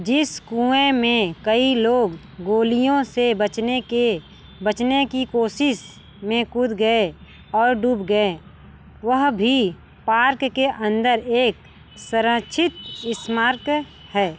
जिस कुएँ में कई लोग गोलियों से बचने के बचने की कोशिश में कूद गए और डूब गए वह भी पार्क के अंदर एक सरंक्षित स्मारक है